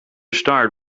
start